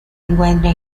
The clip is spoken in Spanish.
encuentra